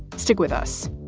stick with us